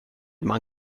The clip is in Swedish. man